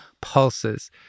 pulses